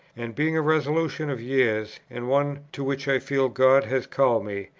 and being a resolution of years, and one to which i feel god has called me,